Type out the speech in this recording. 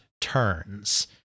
turns—